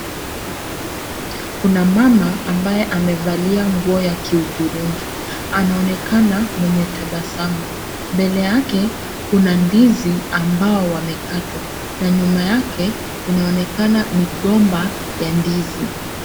Kuna mama ambaye amevalia nguo ya kihudhurungi, anaonekana mwenye tabasamu. Mbele yake kuna ndizi ambao wamekatwa na nyuma yake inaonekana migomba ya ndizi.